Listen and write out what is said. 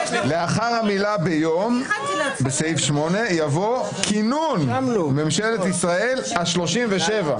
לאחר המילה "ביום" בסעיף 8 יבוא "כינון ממשלת ישראל השלושים-ושבע".